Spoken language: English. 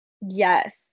Yes